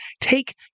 take